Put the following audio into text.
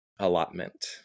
Allotment